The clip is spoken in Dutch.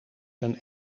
een